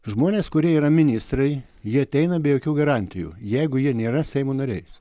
žmonės kurie yra ministrai jie ateina be jokių garantijų jeigu jie nėra seimo nariais